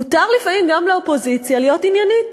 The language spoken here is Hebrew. מותר לפעמים גם לאופוזיציה להיות עניינית,